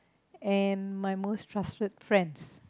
and my most trusted friends